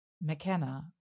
McKenna